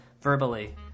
verbally